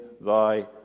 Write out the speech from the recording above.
thy